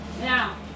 now